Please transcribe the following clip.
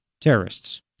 terrorists